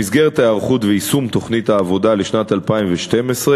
1. במסגרת ההיערכות ויישום תוכנית העבודה לשנת 2012,